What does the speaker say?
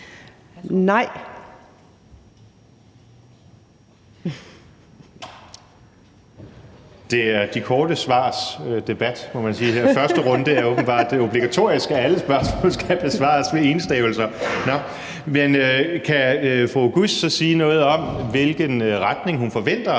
(DF): Det er de korte svars debat, må man sige. Her i første runde er det åbenbart obligatorisk, at alle spørgsmål skal besvares med enstavelsesord. Nå, men kan fru Halime Oguz så sige noget om, hvilken retning hun forventer